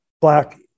black